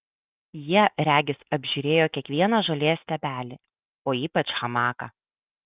jie regis apžiūrėjo kiekvieną žolės stiebelį o ypač hamaką